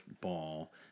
ball